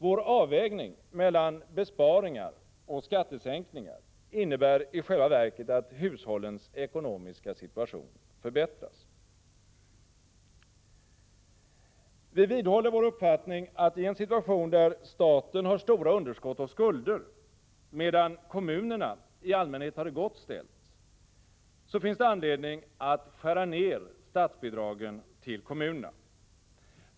Vår avvägning mellan besparingar och skattesänkningar innebär i själva verket att hushållens ekonomiska situation förbättras. Vi vidhåller vår uppfattning att i en situation där staten har stora underskott och skulder, medan kommunerna i allmänhet har det gott ställt, finns det anledning att skära ned statsbidragen till kommunerna.